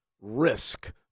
risk